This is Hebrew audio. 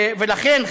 לכן,